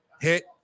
Hit